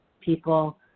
people